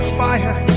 fire